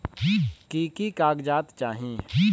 की की कागज़ात चाही?